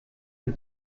ein